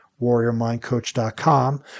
warriormindcoach.com